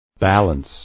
Balance